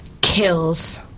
kills